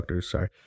Sorry